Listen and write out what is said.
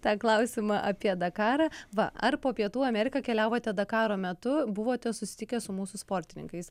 tą klausimą apie dakarą va ar po pietų ameriką keliavote dakaro metu buvote susitikę su mūsų sportininkais